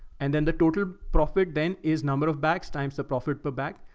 and then the total profit then is number of bags times the profit per bag.